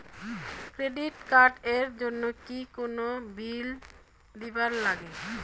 Credit card এর জন্যে কি কোনো বিল দিবার লাগে?